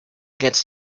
gets